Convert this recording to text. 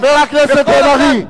חבר הכנסת בן-ארי.